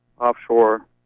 offshore